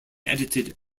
edited